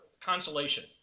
consolation